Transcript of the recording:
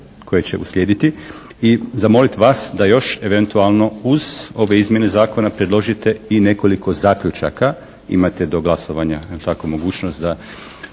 koji će uslijediti i zamolit vas da još eventualno uz ove izmjene zakona predložite i nekoliko zaključaka. Imate do glasovanja jel tako mogućnost da